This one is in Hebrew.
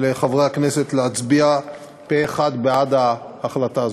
לחברי הכנסת להצביע פה-אחד בעד ההחלטה הזאת.